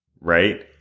right